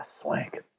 Swank